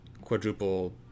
quadruple